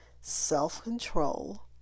self-control